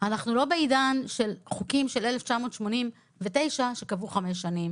אנחנו לא בעידן של חוקים של 1989 שקבעו חמש שנים